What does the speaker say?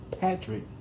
Patrick